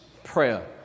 prayer